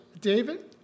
David